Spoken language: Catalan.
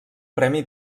premi